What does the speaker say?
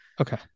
Okay